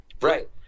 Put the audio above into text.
Right